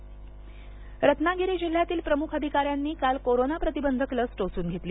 लस रत्नागिरी जिल्ह्यातील प्रमुख अधिकाऱ्यांनी काल करोना प्रतिबंधक लस टोचून घेतली